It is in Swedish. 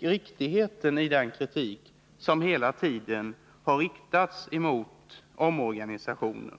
riktigheten i den kritik som hela tiden har riktats mot omorganisationen.